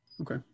Okay